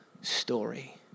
story